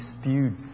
spewed